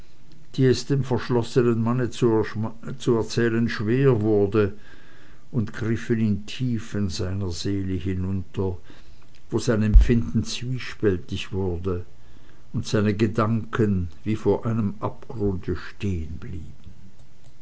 die es dem verschlossenen manne zu erzählen schwer wurde und griffen in tiefen seiner seele hinunter wo sein empfinden zwiespältig wurde und seine gedanken wie vor einem abgrunde